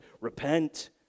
repent